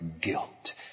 guilt